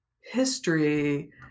history